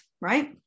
right